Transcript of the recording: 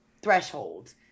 threshold